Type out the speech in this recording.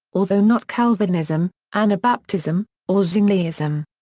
although not calvinism, anabaptism, or zwingliism.